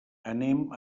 anem